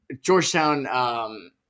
Georgetown